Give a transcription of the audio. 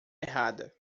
errada